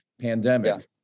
Pandemic